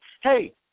hey